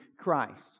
Christ